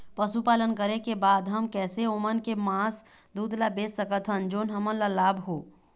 पशुपालन करें के बाद हम कैसे ओमन के मास, दूध ला बेच सकत हन जोन हमन ला लाभ हो?